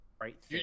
right